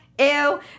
Ew